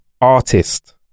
artist